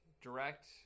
Direct